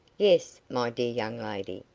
yes, my dear young lady,